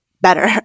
better